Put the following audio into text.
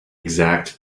exact